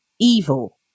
evil